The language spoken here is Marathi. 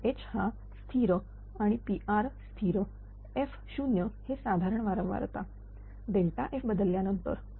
तर H हा स्थिर आणि Pr स्थिर f0हे साधारण वारंवारता f बदलल्यानंतर